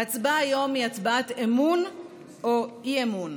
ההצבעה היום היא הצבעת אמון או אי-אמון: